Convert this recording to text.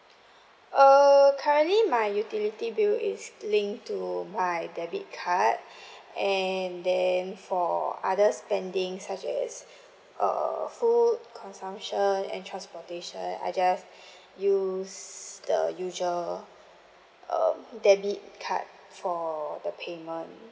err currently my utility bill is linked to my debit card and then for other spending such as err food consumption and transportation I just use the usual um debit card for the payment